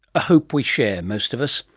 a hope we share, most of us.